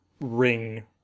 ring